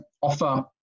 offer